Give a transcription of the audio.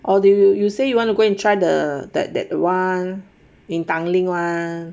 or they will you say you want to go and try the that that the one in tanglin [one]